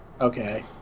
Okay